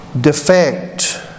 defect